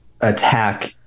attack